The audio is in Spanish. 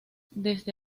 desde